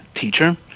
teacher